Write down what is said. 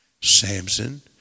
Samson